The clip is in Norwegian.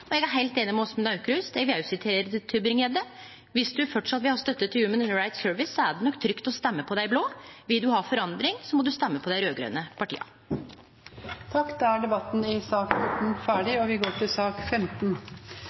heilt einig med Åsmund Aukrust, og eg vil òg sitere Tybring-Gjedde. Viss ein framleis vil ha støtte til Human Rights Service, er det nok trygt å stemme på dei blå – vil ein ha forandring, må ein stemme på dei raud-grøne partia. Flere har ikke bedt om ordet til sak